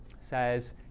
says